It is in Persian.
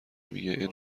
میگه